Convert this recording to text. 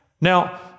Now